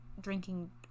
drinking